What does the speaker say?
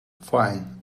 fine